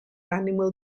animal